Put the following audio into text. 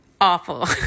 awful